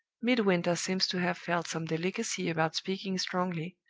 midwinter seems to have felt some delicacy about speaking strongly,